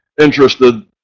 interested